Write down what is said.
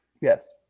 Yes